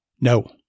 No